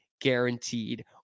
Guaranteed